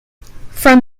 from